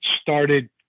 started